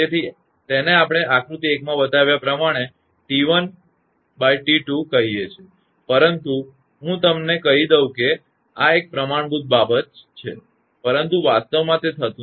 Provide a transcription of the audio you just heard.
તેથી તેને આપણે આકૃતિ 1 માં બતાવ્યા પ્રમાણે 𝑇1 × 𝑇2 કહીએ છીએ પરંતુ હું તમને કહી દઉં કે આ એક પ્રમાણભૂત બાબત છે પરંતુ વાસ્તવમાં તે થતું નથી